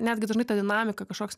netgi dažnai ta dinamika kažkoks